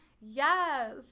yes